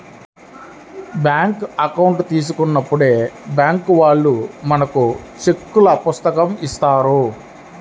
bank account తీసుకున్నప్పుడే bank వాళ్ళు మనకు చెక్కుల పుస్తకం ఇత్తారు